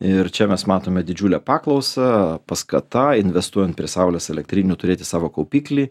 ir čia mes matome didžiulę paklausą paskata investuojant prie saulės elektrinių turėti savo kaupiklį